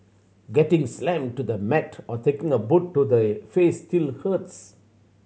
getting slammed to the mat or taking a boot to the face still hurts